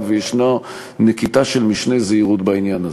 וישנה נקיטה של משנה זהירות בעניין הזה.